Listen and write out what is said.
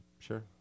sure